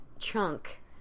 Chunk